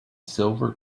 silver